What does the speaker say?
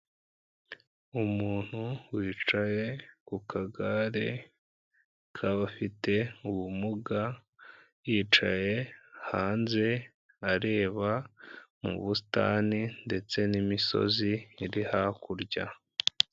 Umuntu wicaye ku kagare k'abafite ubumuga, yicaye hanze areba mu busitani ndetse n'imisozi iri hakurya.